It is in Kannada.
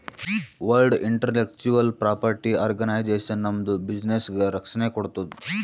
ವರ್ಲ್ಡ್ ಇಂಟಲೆಕ್ಚುವಲ್ ಪ್ರಾಪರ್ಟಿ ಆರ್ಗನೈಜೇಷನ್ ನಮ್ದು ಬಿಸಿನ್ನೆಸ್ಗ ರಕ್ಷಣೆ ಕೋಡ್ತುದ್